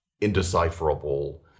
indecipherable